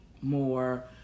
more